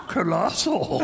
Colossal